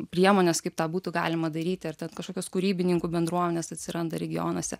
priemonės kaip tą būtų galima daryti ar ten kažkokios kūrybininkų bendruomenės atsiranda regionuose